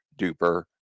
duper